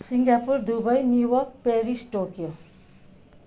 Singapore Dubai New York Paris Tokyo